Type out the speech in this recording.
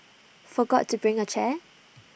forgot to bring A chair